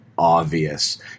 Obvious